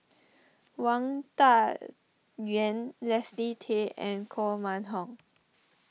Wang Dayuan Leslie Tay and Koh Mun Hong